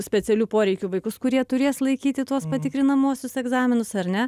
specialių poreikių vaikus kurie turės laikyti tuos patikrinamuosius egzaminus ar ne